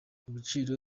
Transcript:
ibiciro